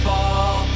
Fall